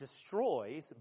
destroys